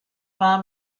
war